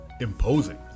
imposing